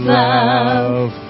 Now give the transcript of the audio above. love